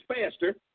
faster